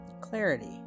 clarity